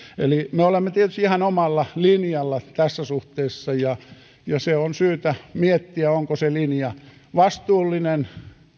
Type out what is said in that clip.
eli me olemme tietysti ihan omalla linjalla tässä suhteessa ja on syytä miettiä onko se linja vastuullinen